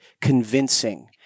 convincing